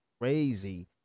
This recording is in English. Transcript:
crazy